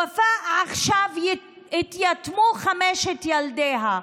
ופאא, עכשיו התייתמו חמשת ילדיה,